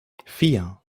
vier